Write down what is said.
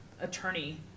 attorney